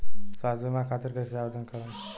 स्वास्थ्य बीमा खातिर कईसे आवेदन करम?